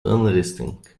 unresting